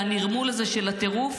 והנרמול הזה של הטירוף,